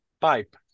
pipe